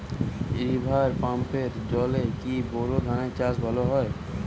River পাম্পের জলে কি বোর ধানের চাষ ভালো হয়?